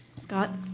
scott?